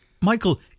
Michael